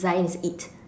Zion is it